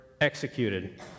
executed